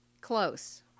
close